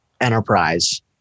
enterprise